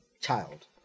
child